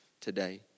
today